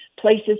Places